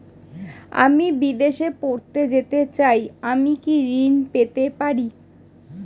আমি বিদেশে পড়তে যেতে চাই আমি কি ঋণ পেতে পারি?